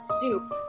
soup